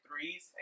threes